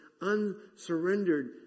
unsurrendered